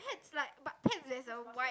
pets like but pets there's a wide